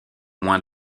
moins